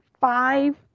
five